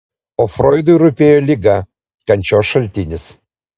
o froidui rūpėjo liga kančios šaltinis